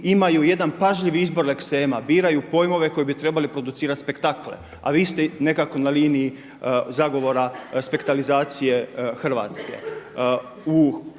imaju jedan pažljiv izbor leksema, biraju pojmove koje bi trebali producirati spektakle, a vi ste nekako na liniji zagovora spektalizacije Hrvatske.